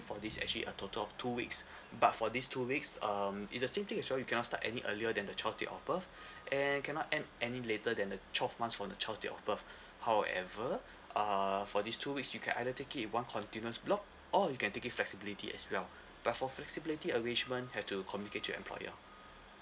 for this actually a total of two weeks but for these two weeks um it's the same thing as well you cannot start any earlier than the child's date of birth and cannot end any later than the twelve months from the child's date of birth however uh for these two weeks you can either take it in one continuous block or you can take it flexibility as well but for flexibility arrangement have to communicate to your employer